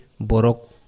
Borok